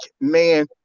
man